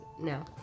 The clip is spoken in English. No